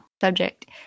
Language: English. subject